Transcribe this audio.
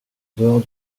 dehors